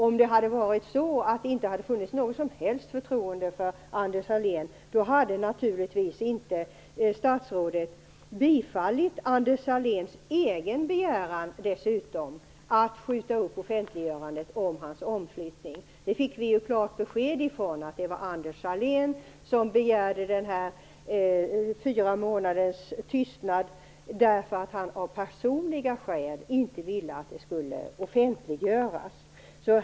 Om det inte hade funnits något som helst förtroende för Anders Sahlén hade statsrådet naturligtvis inte bifallit Anders Sahléns egen begäran om att skjuta upp offentliggörandet om hans omflyttning. Vi fick ett klart besked om att det var Anders Sahlén som begärde en period av fyra månaders tystnad. Av personliga skäl ville han inte att det skulle offentliggöras.